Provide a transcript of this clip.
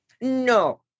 No